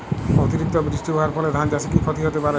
অতিরিক্ত বৃষ্টি হওয়ার ফলে ধান চাষে কি ক্ষতি হতে পারে?